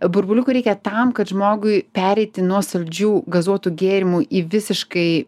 burbuliukų reikia tam kad žmogui pereiti nuo saldžių gazuotų gėrimų į visiškai